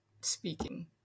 speaking